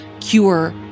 cure